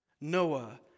Noah